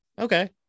Okay